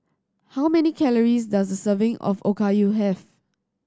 how many calories does a serving of Okayu have